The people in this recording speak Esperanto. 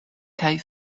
kaj